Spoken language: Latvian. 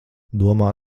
domā